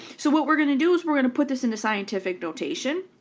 so what we're going to do is we're going to put this into scientific notation.